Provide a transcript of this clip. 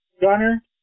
Gunner